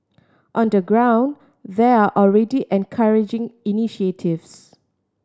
on the ground there are already encouraging initiatives